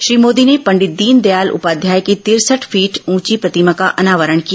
श्री मोदी ने पंडित दीनदयाल उपाध्याय की तिरसठ फीट ऊंची प्रतिमा का अनावरण किया